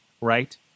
right